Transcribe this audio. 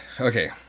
Okay